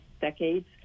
decades